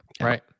Right